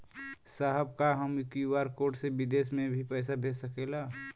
साहब का हम क्यू.आर कोड से बिदेश में भी पैसा भेज सकेला?